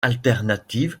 alternatives